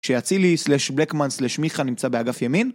שאצילי slash blackman slash מיכה נמצא באגף ימין